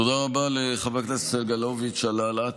תודה רבה לחבר הכנסת סגלוביץ' על העלאת